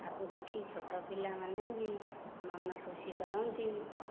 ତାକୁ ଦେଖି ଛୋଟପିଲା ମାନେ ବି ମନ ଖୁସି କରନ୍ତି